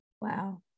wow